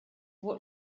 what